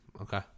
Okay